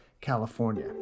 California